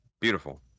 Beautiful